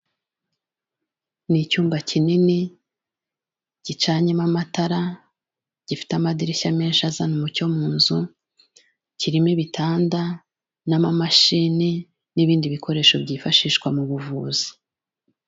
Ni icyumba kinini gicanyemo amatara, gifite amadirishya menshi azana umucyo mu nzu, kirimo ibitanda n'amamashini n'ibindi bikoresho byifashishwa mu buvuzi.